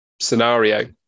scenario